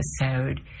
episode